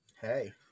Hey